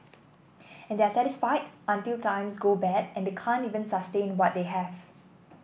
and they are satisfied until times go bad and they can't even sustain what they have